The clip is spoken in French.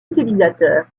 utilisateurs